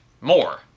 More